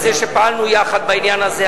על זה שפעלנו יחד בעניין הזה,